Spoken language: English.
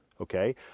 Okay